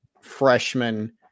freshman